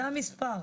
זה המספר.